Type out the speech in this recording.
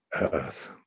earth